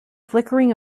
flickering